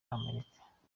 america